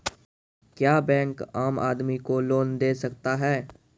क्या बैंक आम आदमी को लोन दे सकता हैं?